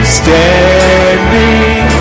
standing